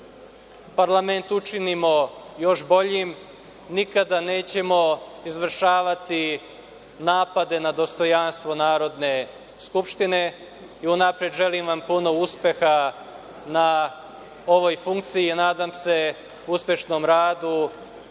parlament učinimo još boljim. Nikada nećemo izvršavati napade na dostojanstvo Narodne skupštine. Unapred, želim vam puno uspeha na ovoj funkciji i nadam se uspešnom radu